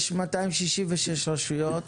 יש 266 רשויות,